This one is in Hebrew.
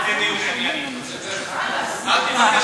תודה רבה.